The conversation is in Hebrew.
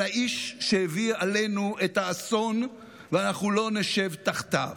האיש שהביא עלינו את האסון ואנחנו לא נשב תחתיו.